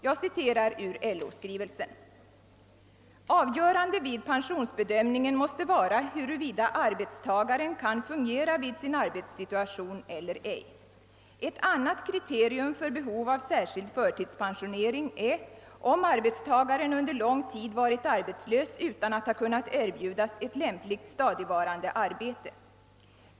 Jag citerar ur LO skrivelsen: »Avgörande vid pensionsbedömningen måste vara huruvida arbetstagaren kan fungera vid sin arbetssituation eller ej. Ett annat kriterium för behov av särskild förtidspensionering är om arbetstagaren under lång tid varit arbetslös utan att ha kunnat erbjudas ett lämpligt stadigvarande arbete.